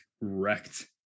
wrecked